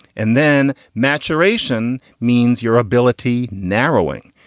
and then maturation means your ability narrowing.